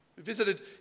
visited